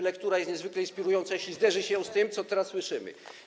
Lektura jest niezwykle inspirująca, jeżeli zderzy się ją z tym, co teraz słyszymy.